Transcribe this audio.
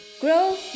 Grow